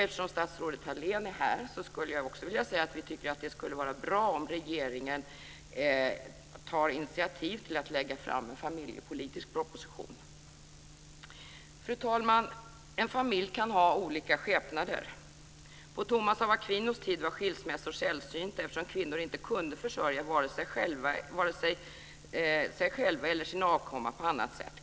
Eftersom statsrådet Thalén är här skulle jag också vilja säga att vi tycker att det skulle vara bra om regeringen tar initiativ till att lägga fram en familjepolitisk proposition. Fru talman! En familj kan ha olika skepnader. På Thomas av Aquinos tid var skilsmässor sällsynta eftersom kvinnor inte kunde försörja vare sig själva eller sin avkomma på annat sätt.